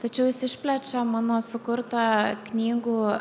tačiau jis išplečia mano sukurtą knygų